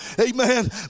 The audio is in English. Amen